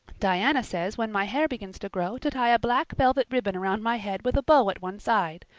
diana says when my hair begins to grow to tie a black velvet ribbon around my head with a bow at one side.